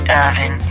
oven